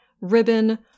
ribbon